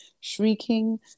shrieking